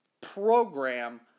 program